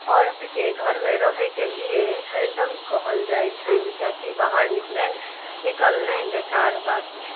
अर्थके घरमे रहैके लिए हरदम कहल जाइ छै किएकि बाहर निकलनाइ बेकार बात छै